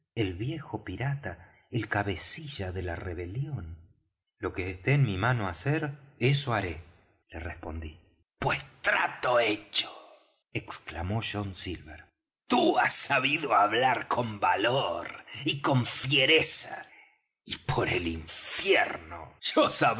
el viejo pirata el cabecilla de la rebelión lo que esté en mi mano hacer eso haré le respondí pues trato hecho exclamó john silver tú has sabido hablar con valor y con fiereza y por el infierno yo